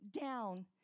down